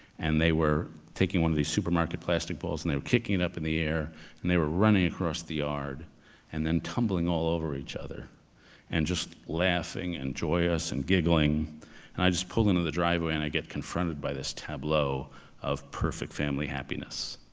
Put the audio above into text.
and they were taking one of these supermarket plastic balls and they were kicking it up in the air and they were running across the yard and then tumbling all over each other and just laughing and joyous and giggling and i just pulled into the driveway and i get confronted by this tableau of perfect family happiness.